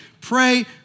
pray